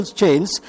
chains